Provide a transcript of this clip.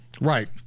right